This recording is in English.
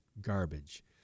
garbage